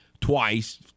twice